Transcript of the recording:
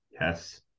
Yes